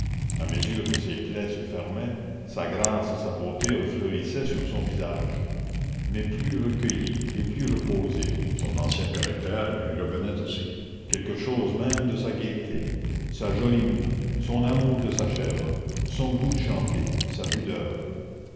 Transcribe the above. à mesure que ses plaies se fermaient sa grâce et sa beauté refleurissaient sur son visage mais plus recueillies et plus reposées son ancien caractère lui revenait aussi quelque chose même de sa gaieté sa jolie moue son amour de sa chèvre son goût de chanter sa pudeur